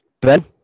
Ben